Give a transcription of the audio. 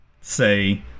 say